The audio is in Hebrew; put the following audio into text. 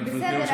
בסדר,